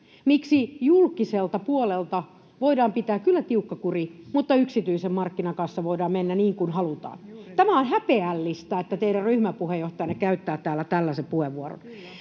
miksi julkisella puolella voidaan pitää kyllä tiukka kuri, mutta yksityisen markkinan kanssa voidaan mennä niin kuin halutaan. Tämä on häpeällistä, että teidän ryhmäpuheenjohtajanne käyttää täällä tällaisen puheenvuoron.